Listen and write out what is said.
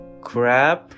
Crab